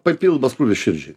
papildomas krūvis širdžiai